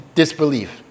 disbelief